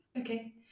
okay